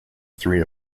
three